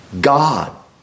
God